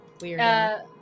Weird